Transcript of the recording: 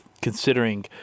considering